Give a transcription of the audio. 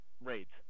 raids